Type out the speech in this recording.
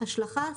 השלכה,